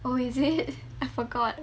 oh is it I forgot